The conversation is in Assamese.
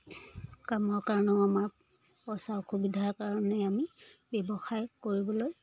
কামৰ কাৰণেও আমাৰ পইচা অসুবিধাৰ কাৰণে আমি ব্যৱসায় কৰিবলৈ